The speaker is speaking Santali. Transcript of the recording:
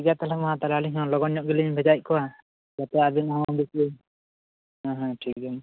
ᱴᱷᱤᱠ ᱜᱮᱭᱟ ᱛᱟᱦᱚᱞᱮ ᱢᱟ ᱛᱟᱦᱚᱞᱮ ᱟᱞᱤᱧ ᱦᱚᱸ ᱞᱚᱜᱚᱱ ᱧᱚᱜ ᱜᱮᱞᱤᱧ ᱵᱷᱮᱡᱟᱭᱮᱫ ᱠᱚᱭᱟ ᱡᱟᱛᱮ ᱟᱵᱤᱱ ᱦᱚᱸ ᱵᱮᱥᱤ ᱦᱮᱸ ᱦᱮᱸ ᱴᱷᱤᱠ ᱜᱮᱭᱟ